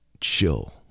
chill